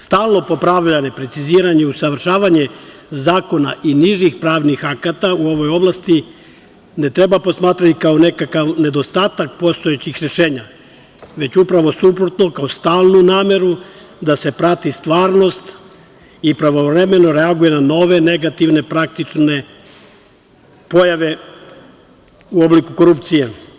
Stalno popravljanje, preciziranje i usavršavanje zakona i nižih pravnih akata, u ovoj oblasti, ne treba posmatrati, kao nekakav nedostatak postojećih rešenja, već upravo suprotno, kao stalnu nameru da se prati stvarnost i blagovremeno reaguje na nove negativne praktične pojave u obliku korupcije.